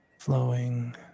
flowing